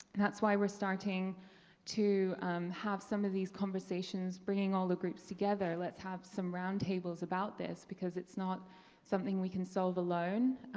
that's why we're starting to have some of these conversations, bringing all the groups together, let's have some round tables about this, because it's not something we can solve alone.